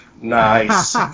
Nice